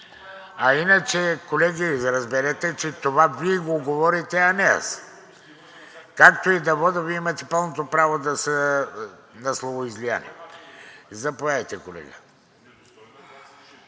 А иначе, колеги, разберете, че това Вие го говорите, а не аз. Както и да водя, Вие имате пълното право на словоизлияния. Заповядайте, колега.